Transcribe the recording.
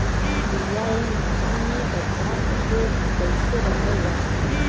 बीया ए मौसम में बचा के कइसे रखल जा?